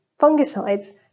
fungicides